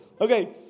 Okay